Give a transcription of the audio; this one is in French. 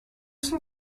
cent